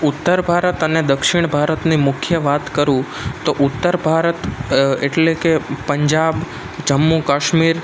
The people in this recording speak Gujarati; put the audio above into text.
ઉત્તર ભારત અને દક્ષિણ ભારતની મુખ્ય વાત કરું તો ઉત્તર ભારત એટલે કે પંજાબ જમ્મુ કાશ્મીર